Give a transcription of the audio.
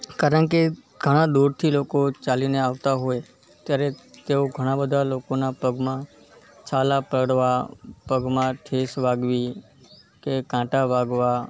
કારણ કે ઘણાં દૂરથી લોકો ચાલીને આવતા હોય ત્યારે તેઓ ઘણાં બધા લોકોના પગમાં છાલા પડવા પગમાં ઠેસ વાગવી કે કાંટા વાગવા